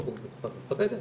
ראויה ומכבדת,